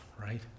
right